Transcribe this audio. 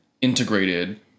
integrated